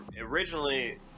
originally